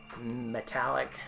metallic